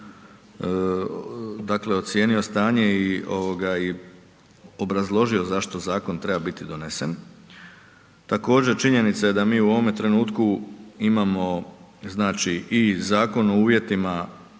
dakle, ocijenio stanje i obrazložio zašto zakon treba biti donesen. Također činjenica je da mi u ovome trenutku imamo znači i Zakon o uvjetima